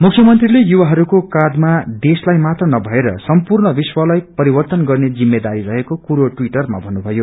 मुख्य मंत्रीले युवहास्को काषैमा देशलाई मात्र नभएर सम्पूर्ण हवश्वलाई परिववन गत्रे जिम्मेदारी रहेको कुरो टवीटरमा भन्नुभयो